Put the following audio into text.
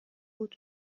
بود